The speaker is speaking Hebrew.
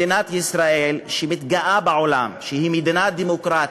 מדינת ישראל שמתגאה בעולם שהיא מדינה דמוקרטית,